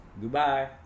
goodbye